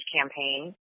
campaign